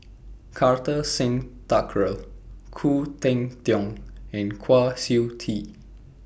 Kartar Singh Thakral Khoo Cheng Tiong and Kwa Siew Tee